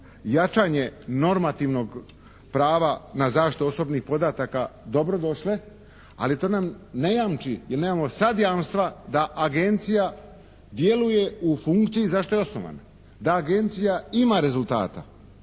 jačanje normativnog prava na zaštitu osobnih podataka dobro došle ali to nam ne jamči jer nemamo sada jamstva da agencija djeluje u funkciji za što je osnovana, da agencija ima rezultata,